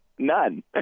None